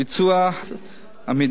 ביצוע הכשרה מעשית, עמידה בבחינה ועוד.